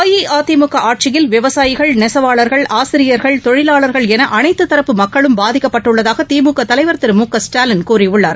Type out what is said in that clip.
அஇஅதிமுக ஆட்சியில் விவசாயிகள் நெசவாளர்கள் ஆசிரியர்கள் தொழிவாளர்கள் என அனைத்து தரப்பு மக்களும் பாதிக்கப்பட்டுள்ளதாக திமுக தலைவர் திரு மு க ஸ்டாலின் கூறியுள்ளார்